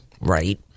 Right